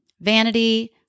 Vanity